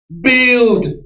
Build